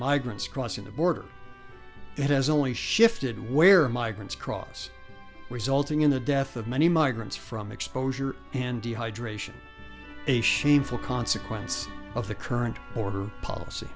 migrants crossing the border it has only shifted where migrants cross resulting in the death of many migrants from exposure and dehydration a shameful consequence of the current border policy